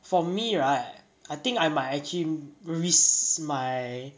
for me right I think I might actually risk my